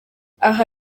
aha